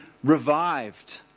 revived